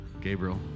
Gabriel